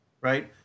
right